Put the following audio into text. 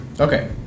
Okay